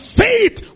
faith